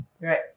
Right